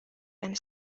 and